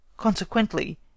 Consequently